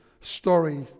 Stories